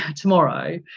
tomorrow